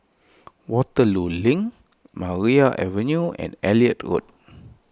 Waterloo Link Maria Avenue and Elliot Road